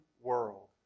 world